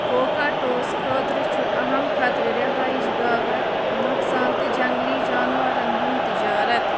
cockatoos خٲطرٕ چھُ اہم خطرٕ رہایِش گاہک نۄقصان تہٕ جنگلی جانورن ہُند تجارت